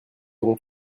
irons